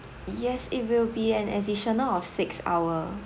yes it will be an additional of six hour